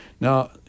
Now